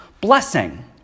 Blessing